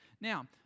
Now